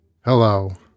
Hello